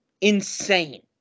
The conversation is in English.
insane